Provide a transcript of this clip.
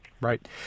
Right